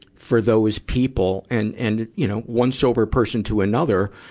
for those people and, and, you know, one sober person to another,